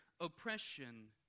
oppression